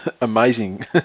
amazing